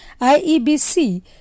IEBC